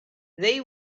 they